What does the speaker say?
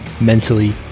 mentally